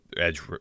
edge